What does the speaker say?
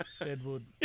Deadwood